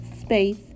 space